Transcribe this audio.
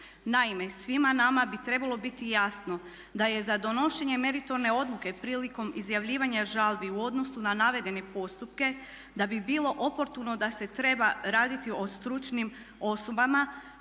Naime, svima nama bi trebalo biti jasno da je za donošenje meritorne odluke prilikom izjavljivanja žalbi u odnosu na navedene postupke da bi bilo oportuno da se treba raditi o stručnim osobama